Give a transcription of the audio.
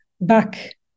back